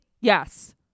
Yes